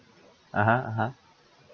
(uh huh) (uh huh)